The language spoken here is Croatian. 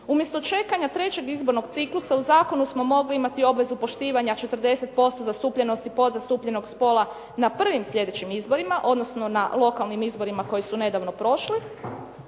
Umjesto čekanja trećeg izbornog ciklusa u zakonu smo mogli imati obvezu poštivanja 40% zastupljenosti podzastupljenog spola na prvim sljedećim izborima, odnosno na lokalnim izborima koji su nedavno prošli.